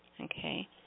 Okay